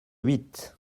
huit